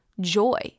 joy